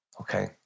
Okay